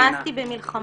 מאסתי במלחמות.